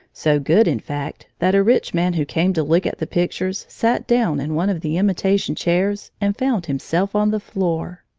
so good, in fact, that a rich man who came to look at the pictures sat down in one of the imitation chairs and found himself on the floor.